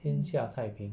天下太平